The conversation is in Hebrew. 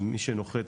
מי שנוחת,